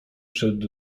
przed